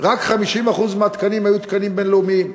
רק 50% מהתקנים היו תקנים בין-לאומיים.